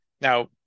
now